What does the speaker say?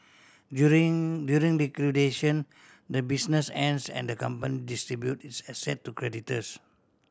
during during liquidation the business ends and the company distributes its asset to creditors